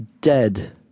dead